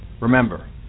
Remember